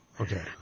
Okay